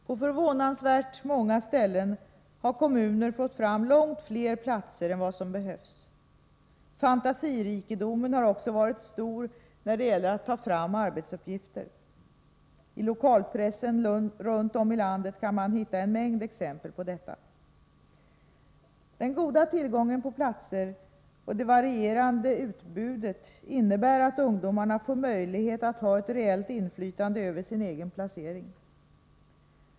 På förvånansvärt många ställen har kommuner fått fram långt fler platser än vad som behövs. Fantasirikedomen har också varit stor när det gäller att ta fram arbetsuppgifter. I lokalpressen runt om i landet kan man hitta en mängd exempel på detta. Den goda tillgången på platser och det varierade utbudet innebär att ungdomarna får möjligheter att ha ett reellt inflytande över sin egen placering.